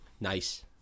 Nice